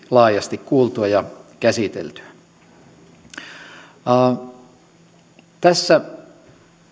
laajasti kuultua ja käsiteltyä tässä